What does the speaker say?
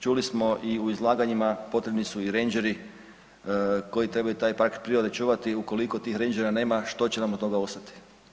Čuli smo i u izlaganjima potrebni su i rendžeri koji trebaju taj park prirode čuvati, ukoliko tih rendžera nema što će nam od toga ostati.